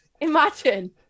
imagine